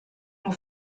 nous